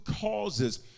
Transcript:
causes